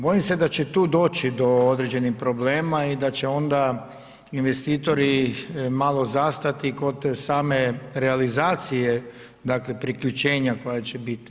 Bojim se da će tu doći do određenih problema i da će onda investitori malo zastati kod same realizacije dakle, priključenja koja će biti.